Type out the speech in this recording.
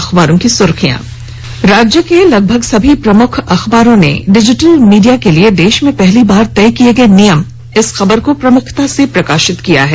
अखबारों की सुर्खियां राज्य के लगभग सभी प्रमुख अखबारों ने डिजीटल मीडिया के लिए देश में पहली बार तय किये गए नियम की खबर को प्रमुखता से प्रकाशित किया है